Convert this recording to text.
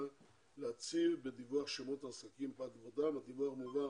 להצהיר בדיווח שמות העסקים אך הדיווח מועבר